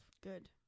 good